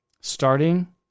starting